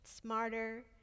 smarter